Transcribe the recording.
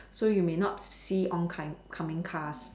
so you may not see on coming cars